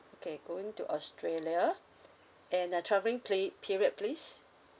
okay going to australia and the travelling pla~ period please